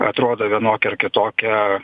atrodo vienokia ar kitokia